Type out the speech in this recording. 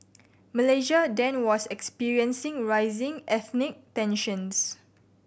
Malaysia then was experiencing rising ethnic tensions